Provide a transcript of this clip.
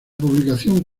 publicación